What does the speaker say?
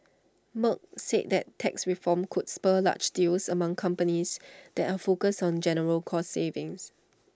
Merck said that tax reform could spur large deals among companies that are focused on general cost savings